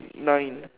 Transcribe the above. nine